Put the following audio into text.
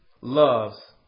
loves